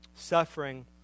Suffering